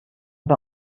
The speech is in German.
bei